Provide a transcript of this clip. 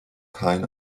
kein